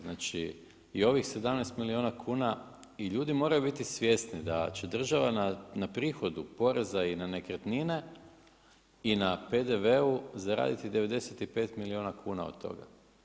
Znači i ovih 17 milijuna kuna i ljudi moraju biti svjesni da će država na prihodu poreza i na nekretnine i na PDV-u zaraditi 95 milijuna kuna od toga.